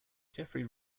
jeffery